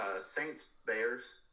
Saints-Bears